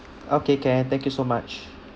okay can thank you so much